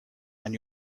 and